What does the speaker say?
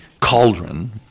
cauldron